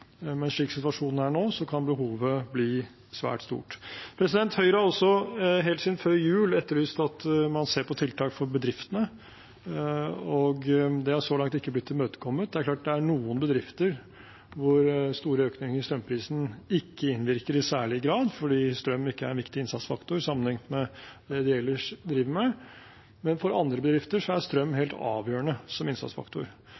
men slik situasjonen er nå, kan behovet bli svært stort. Høyre har også helt siden før jul etterlyst at man ser på tiltak for bedriftene. Det har så langt ikke blitt imøtekommet. Det er klart noen bedrifter hvor store økninger i strømprisen ikke innvirker i særlig grad, fordi strøm ikke er en viktig innsatsfaktor sammenlignet med det de ellers driver med, men for andre bedrifter er strøm